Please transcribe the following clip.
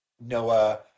Noah